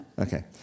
Okay